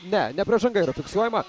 ne ne pražanga yra fiksuojama